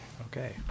Okay